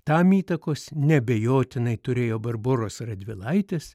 tam įtakos neabejotinai turėjo barboros radvilaitės